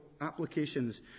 applications